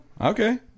okay